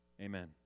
Amen